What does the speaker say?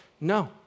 No